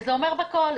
וזה אומר בכל.